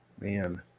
Man